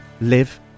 live